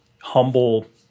humble